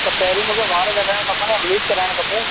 त पहिरीं मूंखे वार कटाइण खपनि ऐं ब्लीच कराइण खपे